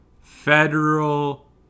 federal